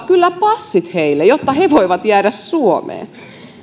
kyllä passit heille jotta he voivat jäädä suomeen